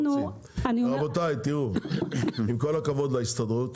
רבותיי, תראו, עם כל הכבוד להסתדרות